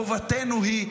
חובתנו היא.